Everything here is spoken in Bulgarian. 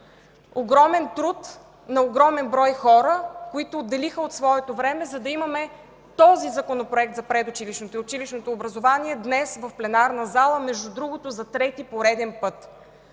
Огромен труд на огромен брой хора, които отделиха от своето време, за да имаме този Законопроект за предучилищното и училищното образование днес в пленарната зала, между другото, за трети пореден път.